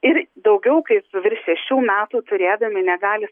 ir daugiau kai su virš šešių metų turėdami negali